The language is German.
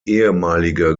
ehemalige